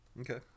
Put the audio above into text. Okay